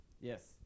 Yes